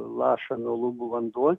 laša nuo lubų vanduo